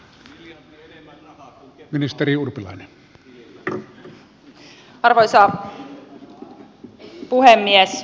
arvoisa puhemies